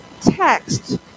text